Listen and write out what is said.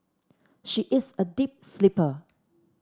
she is a deep sleeper